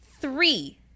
Three